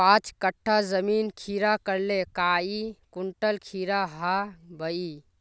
पाँच कट्ठा जमीन खीरा करले काई कुंटल खीरा हाँ बई?